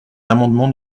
l’amendement